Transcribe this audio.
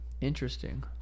Interesting